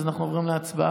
אז אנחנו עוברים להצבעה.